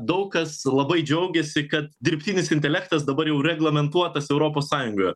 daug kas labai džiaugiasi kad dirbtinis intelektas dabar jau reglamentuotas europos sąjungoje